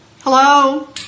Hello